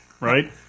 Right